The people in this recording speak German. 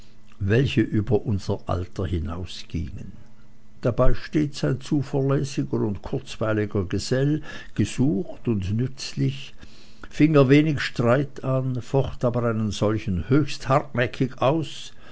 welche über unser alter hinausgingen dabei stets ein zuverlässiger und kurzweiliger gesell gesucht und nützlich fing er wenig streit an focht aber einen solchen höchst hartnäckig aus